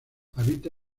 habita